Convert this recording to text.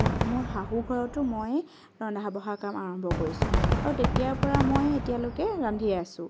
মোৰ শাহুৰ ঘৰতো মইয়ে ৰন্ধা বঢ়াৰ কাম আৰম্ভ কৰিছোঁ আৰু তেতিয়াৰ পৰা মই এতিয়ালৈকে ৰান্ধিয়ে আছো